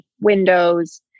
windows